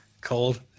Cold